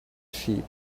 sheep